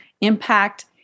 impact